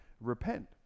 repent